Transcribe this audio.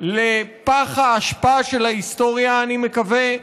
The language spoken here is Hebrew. לפח האשפה של ההיסטוריה, אני מקווה,